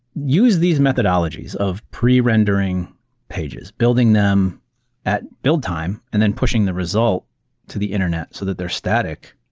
use these methodologies of pre-rendering pages. building them at build time and then pushing the result to the internet so that they're static.